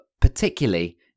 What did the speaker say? particularly